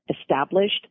established